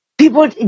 People